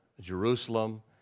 Jerusalem